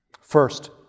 First